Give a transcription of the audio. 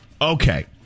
Okay